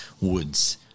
woods